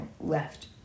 left